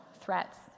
threats